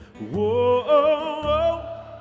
Whoa